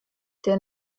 der